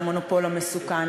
על המונופול המסוכן,